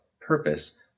purpose